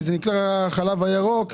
כי זה נקרא חלב ירוק.